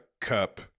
cup